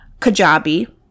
Kajabi